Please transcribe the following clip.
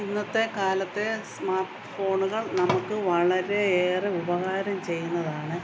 ഇന്നത്തെ കാലത്തെ സ്മാർട്ട് ഫോണുകൾ നമുക്ക് വളരെ ഏറെ ഉപകാരം ചെയ്യുന്നതാണ്